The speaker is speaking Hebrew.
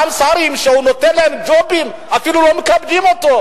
גם שרים שהוא נותן להם ג'ובים אפילו לא מכבדים אותו,